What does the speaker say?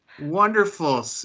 Wonderful